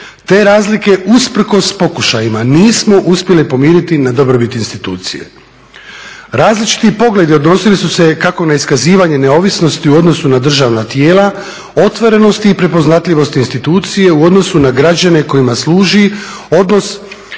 Te razlike usprkos pokušajima nismo uspjele pomiriti na dobrobit institucije. Različiti pogledi odnosili su se kako na iskazivanje neovisnosti u odnosu na državna tijela, otvorenosti i prepoznatljivosti institucije u odnosu na građane kojima služi odnos